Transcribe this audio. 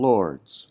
Lords